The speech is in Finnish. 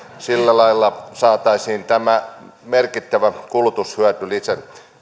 sillä lailla saataisiin tämä merkittävä kulutushyötylisä